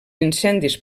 incendis